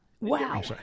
Wow